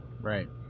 Right